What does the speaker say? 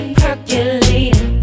percolating